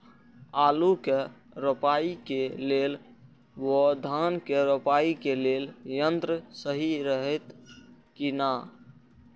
आलु के रोपाई के लेल व धान के रोपाई के लेल यन्त्र सहि रहैत कि ना?